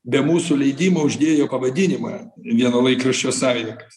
be mūsų leidimo uždėjo pavadinimą vieno laikraščio savininkas